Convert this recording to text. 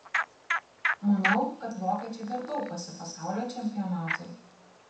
manau kad vokiečiai dar tauposi pasaulio čempionatui